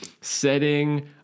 setting